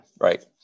right